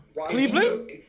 Cleveland